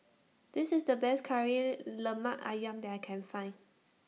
This IS The Best Kari Lemak Ayam that I Can Find